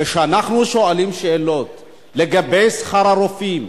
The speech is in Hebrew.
כשאנחנו שואלים שאלות לגבי שכר הרופאים,